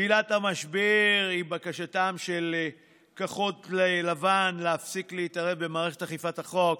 עילת המשבר היא בקשתם של כחול לבן להפסיק להתערב במערכת אכיפת החוק